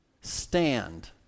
Stand